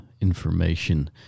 information